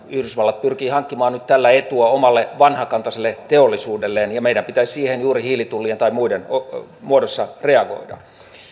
yhdysvallat pyrkii hankkimaan nyt tällä etua omalle vanhakantaiselle teollisuudelleen ja meidän pitäisi siihen juuri hiilitullien tai muiden muodossa reagoida